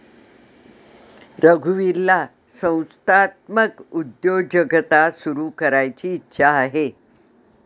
रघुवीरला संस्थात्मक उद्योजकता सुरू करायची इच्छा आहे